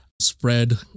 spread